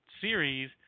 series